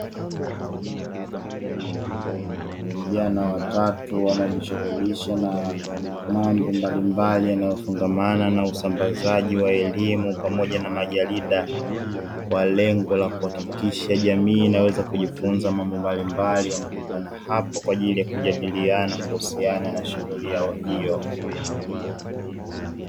Vijana watatu wanaojishughulisha na mambo mbalimbali yanayofungamana na usambazaji wa elimu pamoja na majarida kwa lengo la kuhakikisha jamii inaweza kujifunza mambo mbalimbali, wamekutana hapo kwaajili ya kujadiliana kuhusiana na shughuli yao hiyo.